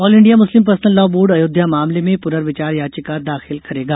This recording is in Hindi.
all India Muslim personal law board Ayodhya मामले में पुनर्विचार याचिका दाखिल करेगा